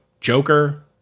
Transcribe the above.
Joker